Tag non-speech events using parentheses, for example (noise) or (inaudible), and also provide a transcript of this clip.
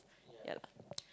yeah lah (noise)